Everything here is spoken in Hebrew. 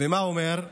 ומה הוא אומר?